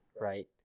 right